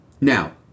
Now